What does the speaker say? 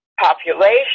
population